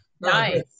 Nice